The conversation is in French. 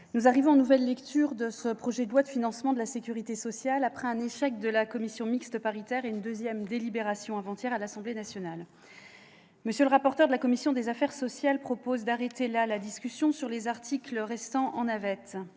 nous en arrivons à la nouvelle lecture de ce projet de loi de financement de la sécurité sociale, après un échec de la commission mixte paritaire et une deuxième délibération, avant-hier, à l'Assemblée nationale. M. le rapporteur général de la commission des affaires sociales propose d'arrêter là la discussion sur les articles restant en navette.